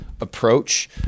approach